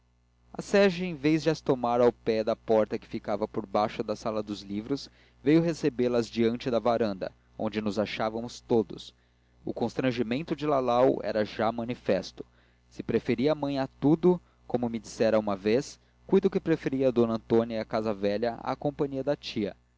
a sege em vez de as tomar ao pé da porta que ficava por baixo da sala dos livros veio recebê las diante da varanda onde nos achávamos todos o constrangimento de lalau era já manifesto se preferia a mãe a tudo como me dissera uma vez cuido que preferia d antônia e a casa velha à companhia da tia